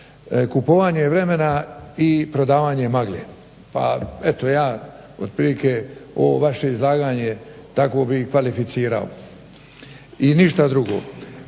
kupovanje vremena i prodavanje magle. Pa eto ja otprilike ovo vaše izlaganje tako bi i kvalificirao i ništa drugo.